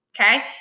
okay